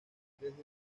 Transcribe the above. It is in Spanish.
desde